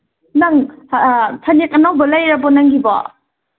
ꯅꯪ ꯐꯅꯦꯛ ꯑꯅꯧꯕ ꯂꯩꯔꯕꯣ ꯅꯪꯒꯤꯕꯣ